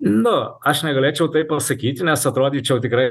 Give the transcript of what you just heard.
nu aš negalėčiau tai pasakyti nes atrodyčiau tikrai